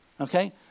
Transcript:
Okay